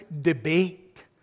debate